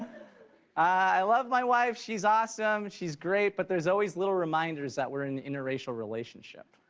i love my wife, she's awesome. she's great but there is always little reminders that we are an interracial relationship.